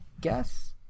guess